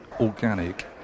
organic